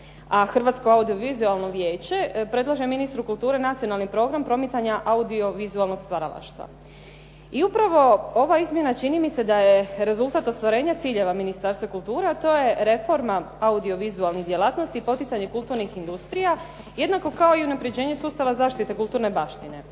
Hrvatsko audio-vizualno vijeće predlaže ministru kulture Nacionalni program promicanja audio-vizualnog stvaralaštva. I upravo ova izmjena čini mi se da je rezultat ostvarenja ciljeva ministarstva kulture, a to je reforma audio-vizualnih djelatnosti i poticanje kulturnih industrija, jednako kao i unapređenje sustava zaštite kulturne baštine.